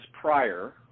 prior